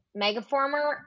megaformer